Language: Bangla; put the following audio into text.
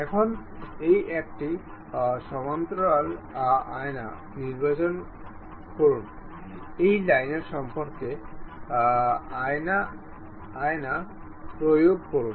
এখন এই একটি সমান্তরাল আয়না নির্বাচন করুন এই লাইনের সম্পর্কে আয়না প্রয়োগ করুন